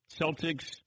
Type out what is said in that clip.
Celtics